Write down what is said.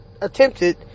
attempted